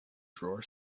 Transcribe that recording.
drawer